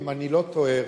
אם אני לא טועה,